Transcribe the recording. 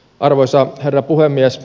arvoisa herra puhemies